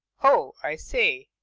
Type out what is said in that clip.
oh! i say!